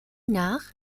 nach